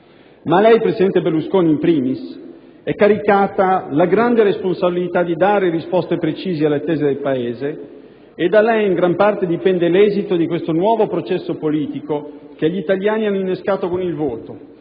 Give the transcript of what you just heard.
a lei, presidente Berlusconi, *in primis* è caricata la grande responsabilità di dare risposte precise alle attese del Paese e da lei in gran parte dipende l'esito di questo nuovo processo politico che gli italiani hanno innescato con il voto,